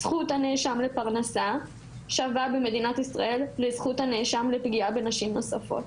זכות הנאשם לפרנסה שווה במדינת ישראל לזכות הנאשם לפגיעה בנשים נוספות.